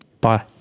Bye